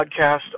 podcast